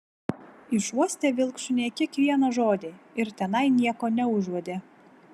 išuostė vilkšuniai kiekvieną žodį ir tenai nieko neužuodė